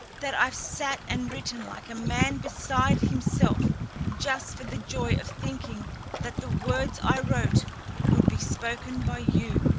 that i've sat and written like a man beside himself just for the joy of thinking that the words i wrote would be spoken by you.